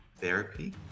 therapy